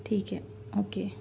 ٹھیک ہے اوکے